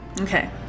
Okay